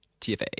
TFA